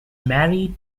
mary